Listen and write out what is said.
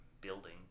building